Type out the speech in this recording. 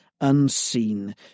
unseen